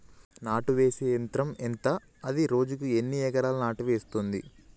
నాటు వేసే యంత్రం ధర ఎంత? అది రోజుకు ఎన్ని ఎకరాలు నాటు వేస్తుంది?